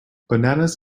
bananas